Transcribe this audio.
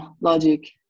logic